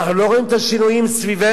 אנחנו לא רואים את השינויים סביבנו?